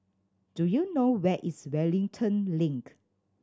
do you know where is Wellington Link